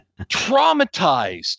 traumatized